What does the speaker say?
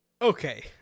Okay